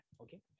okay